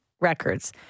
records